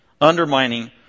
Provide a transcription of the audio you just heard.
undermining